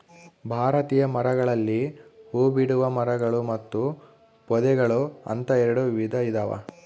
ಭಾರತೀಯ ಮರಗಳಲ್ಲಿ ಹೂಬಿಡುವ ಮರಗಳು ಮತ್ತು ಪೊದೆಗಳು ಅಂತ ಎರೆಡು ವಿಧ ಇದಾವ